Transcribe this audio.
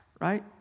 right